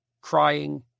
crying